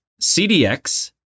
CDX